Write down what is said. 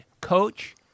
coach